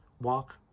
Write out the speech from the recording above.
walk